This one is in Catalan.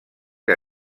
que